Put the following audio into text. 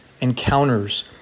Encounters